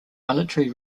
military